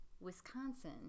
Wisconsin